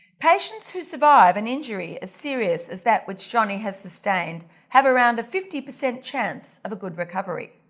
patients who survive an injury as serious as that which jhonnie has sustained have around a fifty percent chance of a good recovery.